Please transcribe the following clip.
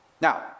Now